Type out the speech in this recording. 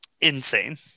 Insane